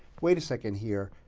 wait a second here,